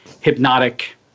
hypnotic